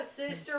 sister